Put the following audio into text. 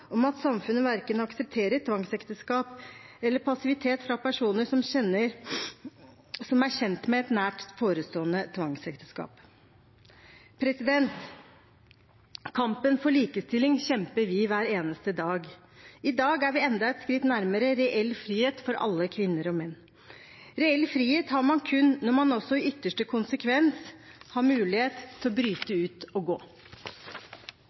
om at samfunnet verken aksepterer tvangsekteskap eller passivitet fra personer som er kjent med et nær forestående tvangsekteskap. Kampen for likestilling kjemper vi hvert eneste dag. I dag er vi enda et skritt nærmere reell frihet for alle kvinner og menn. Reell frihet har man kun når man også i ytterste konsekvens har mulighet til å bryte ut og gå.